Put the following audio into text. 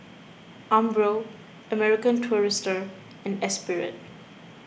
Umbro American Tourister and Esprit